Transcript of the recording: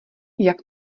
jak